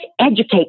educate